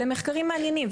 אלה מחקרים מעניינים,